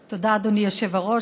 תודה, אדוני היושב-ראש.